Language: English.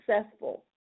successful